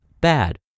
bad